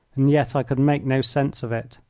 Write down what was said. and yet i could make no sense of it.